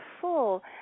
full